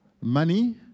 Money